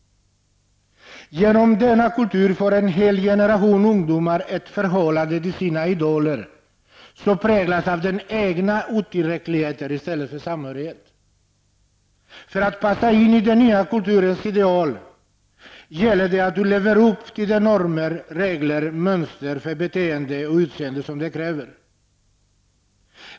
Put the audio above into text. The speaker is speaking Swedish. Till följd av denna kultur får en hel generation ungdomar ett förhållande till sina idoler som präglas av den egna otillräckligheten i stället för av samhörighet. För att passa in i den nya kulturens ideal gäller det att du lever upp till de normer, regler och mönster för beteende och utseende som den kräver.